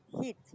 heat